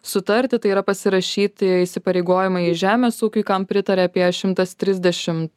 sutarti tai yra pasirašyti įsipareigojimai žemės ūkiui kam pritaria apie šimtas trisdešimt